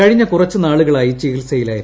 കഴിഞ്ഞ കുറച്ചു നാളുകളായി ചികിത്സയിലായിരുന്നു